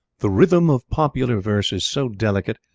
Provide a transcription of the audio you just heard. the rhythm of popular verse is so delicate,